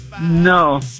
No